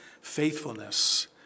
faithfulness